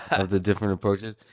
of the different approaches,